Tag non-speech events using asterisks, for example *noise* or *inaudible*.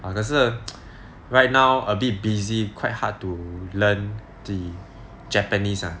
err 可是 *noise* right now a bit busy quite hard to learn the japanese ah